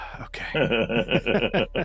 okay